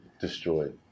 destroyed